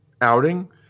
outing